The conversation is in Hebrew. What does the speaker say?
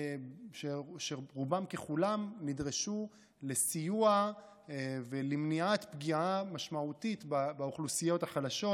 רובם ככולם נדרשו לסיוע ולמניעת פגיעה משמעותית באוכלוסיות החלשות,